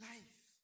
Life